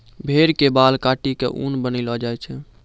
भेड़ के बाल काटी क ऊन बनैलो जाय छै